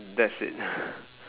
that's it